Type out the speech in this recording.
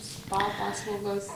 spa paslaugos